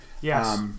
Yes